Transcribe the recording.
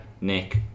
Nick